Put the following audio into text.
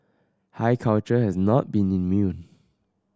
high culture has not been immune